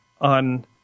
On